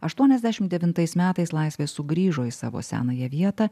aštuoniasdešim devintais metais laisvė sugrįžo į savo senąją vietą